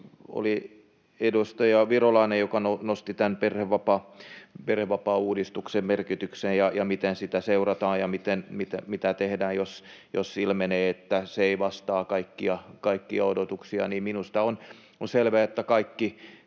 oli edustaja Virolainen, joka nosti tämän perhevapaauudistuksen merkityksen ja sen, miten sitä seurataan ja mitä tehdään, jos ilmenee, että se ei vastaa kaikkia odotuksia. Minusta on selvää, että kaikkia